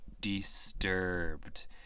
Disturbed